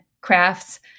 crafts